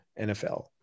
NFL